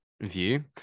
view